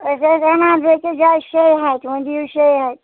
أسۍ حظ اَنان بیٚیہِ کہِ جایہِ شیٚیہِ ہَتہِ وۅنۍ دِیِو شیٚیہِ ہَتہِ